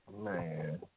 man